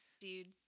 dude